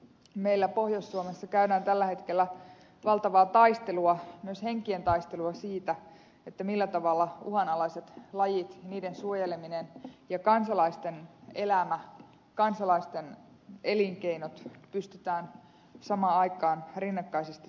meillä pohjois suomessa käydään tällä hetkellä valtavaa taistelua myös henkien taistelua siitä millä tavalla uhanalaiset lajit niiden suojeleminen ja kansalaisten elämä kansalaisten elinkeinot pystytään samaan aikaan rinnakkaisesti turvaamaan